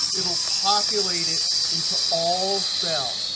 it'll populate it into all cells.